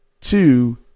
Two